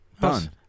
done